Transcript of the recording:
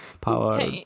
power